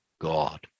God